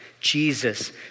Jesus